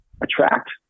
attract